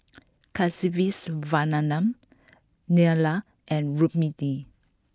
Kasiviswanathan Neila and Rukmini